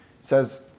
says